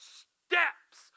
steps